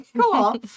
cool